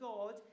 God